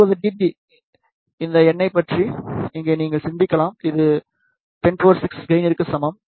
60 dB இந்த எண்ணைப் பற்றி இங்கே நீங்கள் சிந்திக்கலாம் இது 106 கெயினிற்க்கு சமம்